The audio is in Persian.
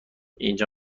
اینجا